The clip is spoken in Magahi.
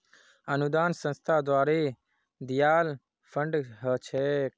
अनुदान संस्था द्वारे दियाल फण्ड ह छेक